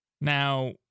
Now